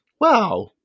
wow